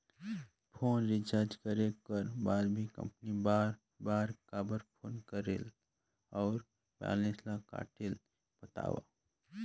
Phone recharge करे कर बाद भी कंपनी बार बार काबर फोन करेला और बैलेंस ल काटेल बतावव?